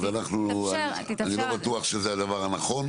אני לא בטוח שזה הדבר הנכון.